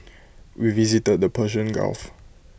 we visited the Persian gulf